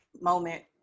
moment